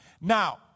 Now